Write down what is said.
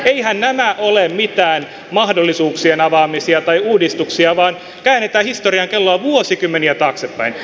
eiväthän nämä ole mitään mahdollisuuksien avaamisia tai uudistuksia vaan käännetään historian kelloa vuosikymmeniä taaksepäin